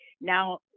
now